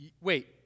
wait